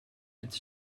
it’s